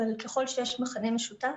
אבל ככל שיש מכנה משותף,